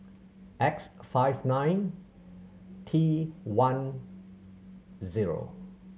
X five nine T one zero